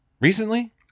Recently